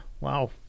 wow